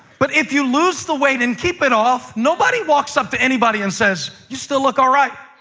but if you lose the weight and keep it off, nobody walks up to anybody and says, you still look all right,